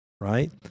right